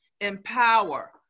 empower